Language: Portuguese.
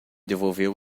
devolveu